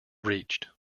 reached